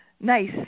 nice